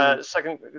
second